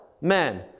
men